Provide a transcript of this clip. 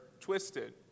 twisted